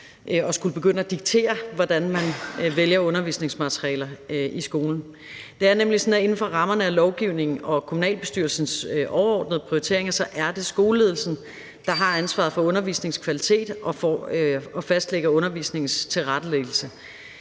at skulle begynde at diktere, hvordan man vælger undervisningsmaterialer i skolen. Det er nemlig sådan, at inden for rammerne af lovgivningen og kommunalbestyrelsens overordnede prioriteringer er det skoleledelsen, der har ansvaret for undervisningens kvalitet og undervisningens tilrettelæggelse.